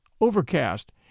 overcast